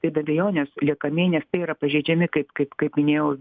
tai be abejonės liekami nes tai yra pažeidžiami kaip kaip kaip minėjau